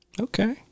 Okay